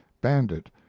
bandit